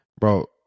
Bro